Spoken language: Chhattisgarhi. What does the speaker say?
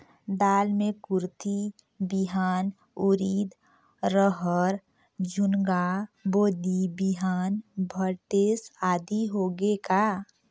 दाल मे कुरथी बिहान, उरीद, रहर, झुनगा, बोदी बिहान भटेस आदि होगे का?